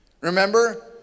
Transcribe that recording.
remember